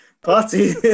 party